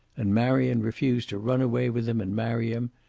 and marion refused to run away with him and marry him,